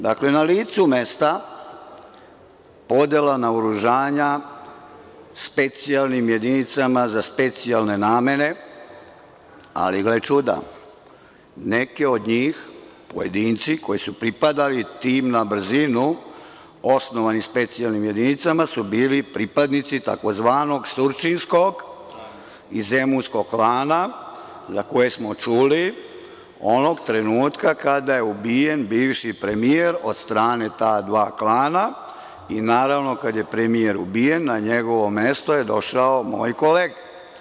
Dakle, na licu mesta podela naoružanja specijalnim jedinicama za specijalne namene, ali gle čuda, neki od njih, pojedinci koji su pripadali tim na brzinu osnovanim specijalnim jedinicama su bili pripadnici tzv. surčinskog i zemunskog klana za koje smo čuli onog trenutka kada je ubijen bivši premijer od strane ta dva klana i, naravno, kada je premijer ubijen na njegovo mesto je došao moj kolega.